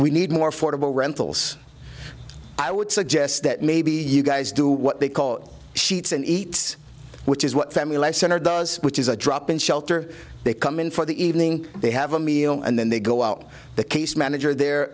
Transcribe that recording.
we need more affordable rentals i would suggest that maybe you guys do what they call sheets and eat which is what family life center does which is a drop in shelter they come in for the evening they have a meal and then they go out the case manager the